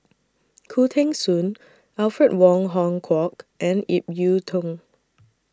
Khoo Teng Soon Alfred Wong Hong Kwok and Ip Yiu Tung